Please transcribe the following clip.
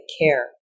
care